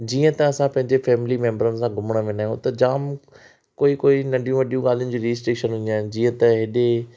जीअं त असां पंहिंजे फैमिली मेम्बरनि सां घुमणु वेंदा आहियूं त जामु कोई कोई नंढियूं वॾियूं ॻाल्हियुनि जी हूंदी आहिनि जीअं त हेॾे